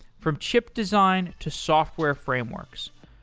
from chip design to software frameworks.